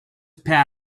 pat